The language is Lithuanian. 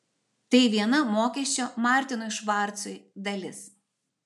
tai viena mokesčio martinui švarcui dalis